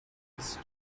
east